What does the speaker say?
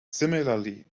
similarly